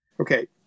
okay